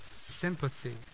sympathy